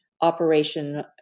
operation